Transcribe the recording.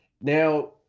Now